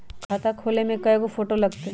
खाता खोले में कइगो फ़ोटो लगतै?